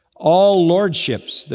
all lordships.